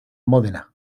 módena